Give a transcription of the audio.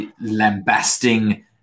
lambasting